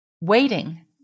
waiting